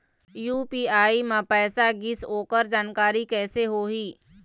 UPI म पैसा गिस ओकर जानकारी कइसे होही?